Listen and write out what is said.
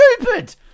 stupid